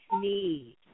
need